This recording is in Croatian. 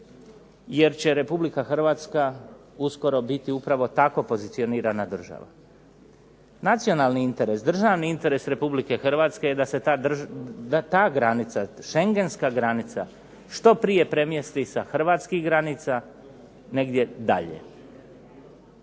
jer će Republika Hrvatska uskoro biti tako pozicionirana država. Nacionalni interes, državni interes Republika Hrvatska da ta granica, šengenska granica što prije premjesti sa hrvatskih granica negdje dalje.